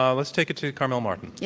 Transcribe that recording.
ah let's take it to carmel martin. yeah.